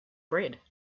bread